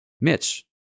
Mitch